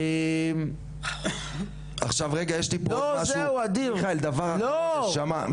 יש לי עוד דבר אחד נשמה,